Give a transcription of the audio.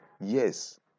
yes